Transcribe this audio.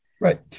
Right